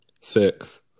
Six